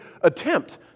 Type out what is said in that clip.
attempt